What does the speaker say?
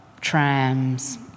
trams